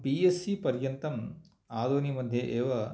B S C पर्यन्तम् आदुनी मध्ये एव